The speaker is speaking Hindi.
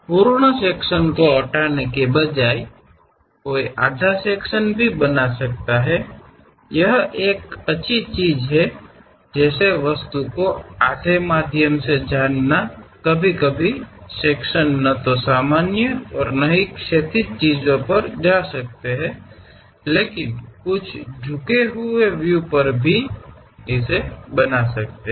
पूर्ण सेक्शनको हटाने के बजाय कोई आधा सेक्शन भी बना सकता है यह एक अच्छी चीज है जैसे वस्तु को आधे माध्यम से जानना कभी कभी सेक्शन न तो सामान्य और न ही इस क्षैतिज चीजों पर जा सकते हैं लेकिन कुछ झुके हुए व्यू पर भी इसे बना सकते हैं